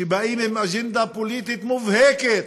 שבאים עם אג'נדה פוליטית מובהקת